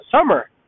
summer